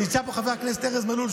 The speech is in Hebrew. נמצא פה חבר כנסת ארז מלול,